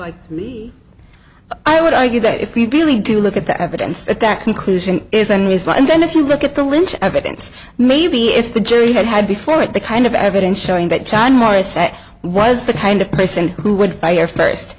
like me i would argue that if we really do look at the evidence at that conclusion is on his mind then if you look at the lynch evidence maybe if the jury had had before it the kind of evidence showing that john morris that was the kind of person who would fire first